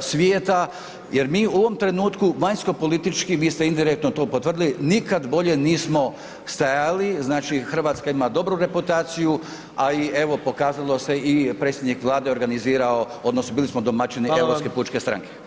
svijeta jer mi u ovom trenutku vanjsko-politički, vi ste indirektno to potvrdili, nikad bolje nismo stajali, znači Hrvatska ima dobru reputaciju a i evo pokazalo se i predsjednik Vlade organizirao odnosno bili smo domaćini Europske pučke stranke.